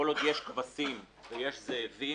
כל עוד יש כבשים ויש זאבים